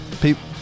people